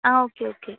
ah okay okay